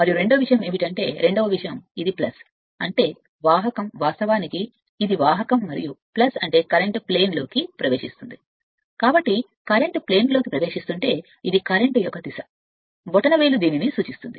మరియు రెండవ విషయం ఏమిటంటే రెండవ విషయం ఇది అంటే వాహకం వాస్తవానికి ఇదివాహకం మరియు అంటే కరెంట్ సమతలం లో ప్రవేశిస్తుంది కాబట్టి కరెంట్ ప్రవేశిస్తుంటే ఇది కరెంట్ బొటనవేలు యొక్క దిశ అని సమతలం చూసింది బొటనవేలు వైపు చూసింది